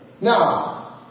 Now